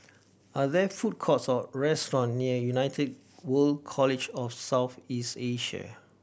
are there food courts or restaurants near United World College of South East Asia